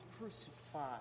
crucified